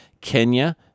Kenya